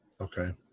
Okay